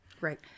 Right